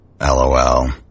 LOL